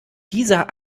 dieser